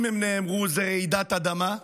אם הם נאמרו, זו רעידת אדמה,